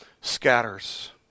scatters